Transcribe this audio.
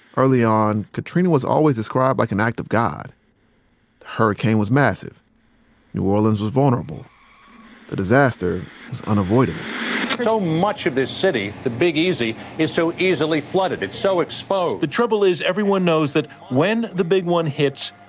early on, katrina was always described like an act of god. the hurricane was massive new orleans was vulnerable the disaster was unavoidable so much of this city, the big easy, is so easily flooded. it's so exposed the trouble is everyone knows that when the big one hits,